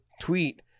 tweet